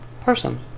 person